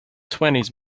twenties